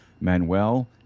Manuel